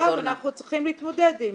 פה אנחנו צריכים להתמודד עם